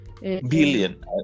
billion